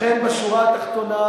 לכן, בשורה התחתונה,